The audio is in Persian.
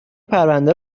پرونده